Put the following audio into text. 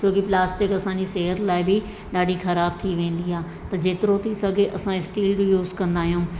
छोकी प्लास्टिक असांजी सिहत लाइ बि ॾाढी ख़राब थी वेंदी आहे त जेतिरो थी सघे असां स्टील जो यूस कंदा आहियूं